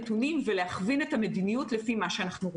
ולמרות הנתונים שאת מציגה,